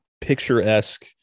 picturesque